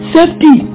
Safety